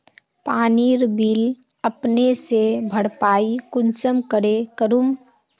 पानीर बिल अपने से भरपाई कुंसम करे करूम?